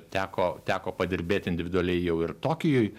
teko teko padirbėti individualiai jau ir tokijuj